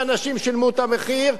ואנשים שילמו את המחיר,